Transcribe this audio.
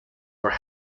for